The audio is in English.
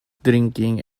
drinking